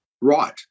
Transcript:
right